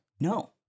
No